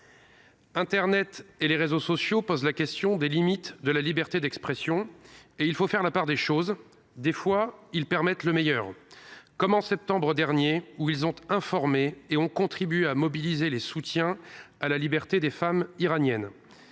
Internet et les réseaux sociaux posent la question des limites de la liberté d’expression. Sur ce plan, il faut faire la part des choses. Parfois, ils permettent le meilleur, comme lorsque, en septembre dernier, ils ont informé et ont contribué à mobiliser les soutiens à la liberté des femmes iraniennes.